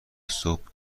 صبح